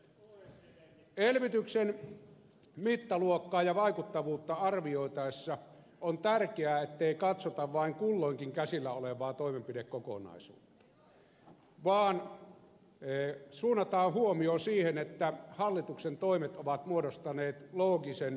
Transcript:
elvytyksen mittaluokkaa ja vaikuttavuutta arvioitaessa on tärkeää ettei katsota vain kulloinkin käsillä olevaa toimenpidekokonaisuutta vaan suunnataan huomio siihen että hallituksen toimet ovat muodostaneet loogisen jatkumon